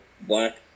black